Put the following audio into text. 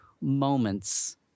moments